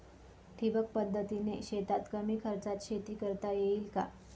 ठिबक पद्धतीने शेतात कमी खर्चात शेती करता येईल का?